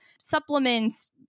supplements